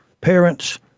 parents